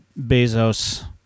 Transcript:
Bezos